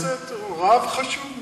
מהכנסת, או רב חשוב?